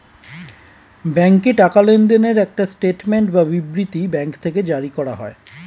ব্যাংকে টাকা লেনদেনের একটা স্টেটমেন্ট বা বিবৃতি ব্যাঙ্ক থেকে জারি করা হয়